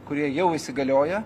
kurie jau įsigaliojo